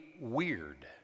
weird